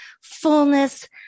fullness